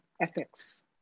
ethics